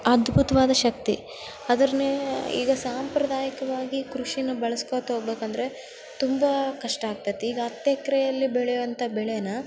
ಅದ್ಭುತವಾದ ಶಕ್ತಿ ಅದ್ರನೇ ಈಗ ಸಾಂಪ್ರದಾಯಿಕವಾಗಿ ಕೃಷಿನ ಬಳಸ್ಕೋಳ್ತ ಹೋಗಬೇಕಂದ್ರೆ ತುಂಬ ಕಷ್ಟ ಆಗ್ತದೆ ಈಗ ಹತ್ತು ಎಕ್ರೆಯಲ್ಲಿ ಬೆಳೆಯೋ ಅಂಥ ಬೆಳೆನ್ನ